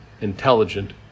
intelligent